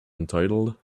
entitled